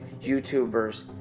YouTubers